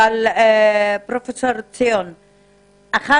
פרופסור חגי,